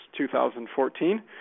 2014